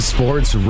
Sports